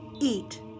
eat